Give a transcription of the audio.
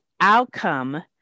outcome